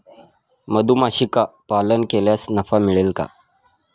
मधुमक्षिका पालन केल्यास नफा मिळेल का?